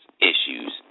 issues